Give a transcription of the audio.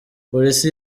polisi